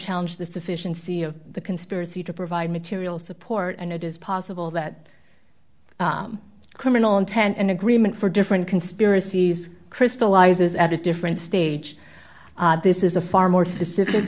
challenge the sufficiency of the conspiracy to provide material support and it is possible that criminal intent and agreement for different conspiracies crystallizes at a different stage this is a far more specific